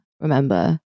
remember